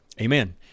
Amen